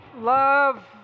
Love